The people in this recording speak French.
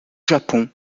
japon